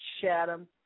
Chatham